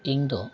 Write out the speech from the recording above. ᱤᱧᱫᱚ